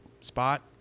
spot